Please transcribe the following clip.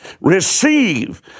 Receive